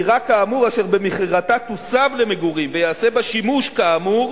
דירה כאמור אשר במכירתה תוסב למגורים וייעשה בה שימוש כאמור